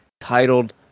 titled